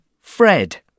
Fred